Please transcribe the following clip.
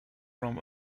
from